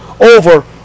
over